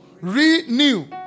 Renew